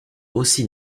aussi